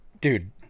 dude